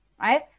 right